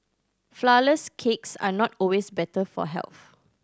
flourless cakes are not always better for health